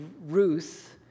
Ruth